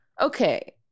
okay